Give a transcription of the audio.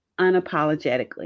unapologetically